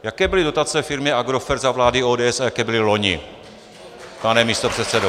Jaké byly dotace firmy Agrofert za vlády ODS a jaké byly loni, pane místopředsedo?